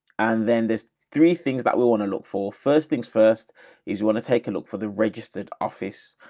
and then there's three things that we want to look for. first things first is we want to take a look for the registered office.